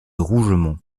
rougemont